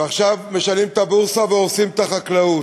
ועכשיו משנים את הבורסה והורסים את החקלאות.